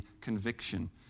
conviction